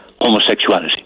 homosexuality